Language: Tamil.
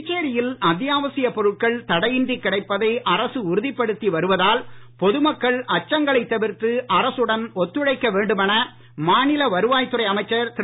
புதுச்சேரியில் அத்தியாவசியப் பொருட்கள் தடையின்றி கிடைப்பதை அரசு உறுதிப்படுத்தி வருவதால் பொதுமக்கள் அச்சங்களைத் தவிர்த்து அரசுடன் ஒத்துழைக்க வேண்டுமென மாநில வருவாய் துறை அமைச்சர் திரு